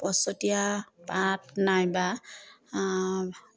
পছতীয়া পাত নাইবা